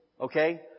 okay